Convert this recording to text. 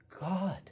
God